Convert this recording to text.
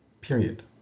Period